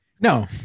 No